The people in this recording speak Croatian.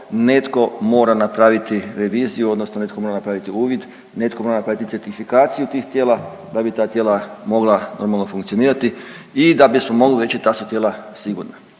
Netko mora napraviti reviziju odnosno netko mora napraviti uvid, netko mora napraviti certifikaciju tih tijela da bi ta tijela mogla normalno funkcionirati i da bi smo mogli reći ta su tijela sigurna.